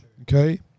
okay